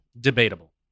Debatable